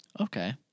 okay